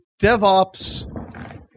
DevOps